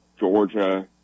Georgia